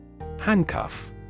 Handcuff